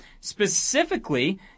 specifically